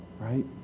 Right